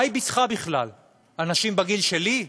מה היא ביטחה בכלל, אנשים בגיל שלי,